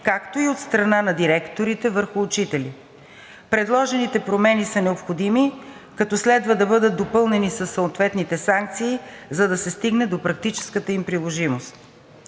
както и от страна на директорите върху учители. Предложените промени са необходими, като следва да бъдат допълнени със съответните санкции, за да се стигне до практическата им приложимост.